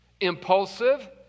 impulsive